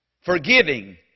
Forgiving